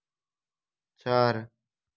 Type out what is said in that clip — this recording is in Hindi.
चार